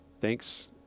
Thanks